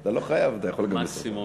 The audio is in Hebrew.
אתה לא חייב, אתה יכול גם, מקסימום